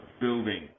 building